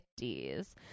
50s